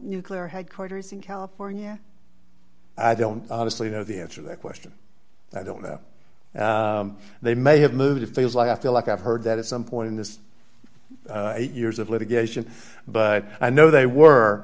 nuclear headquarters in california i don't honestly know the answer the question i don't know they may have moved it feels like i feel like i've heard that at some point in this eight years of litigation but i know they were